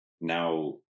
now